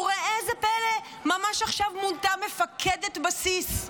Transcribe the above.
וראה זה פלא, ממש עכשיו מונתה מפקדת בסיס,